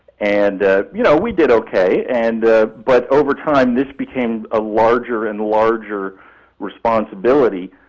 and you know, we did ok, and but over time, this became a larger and larger responsibility,